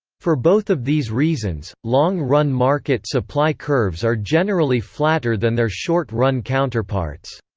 for both of these reasons, long-run market supply curves are generally flatter than their short-run counterparts.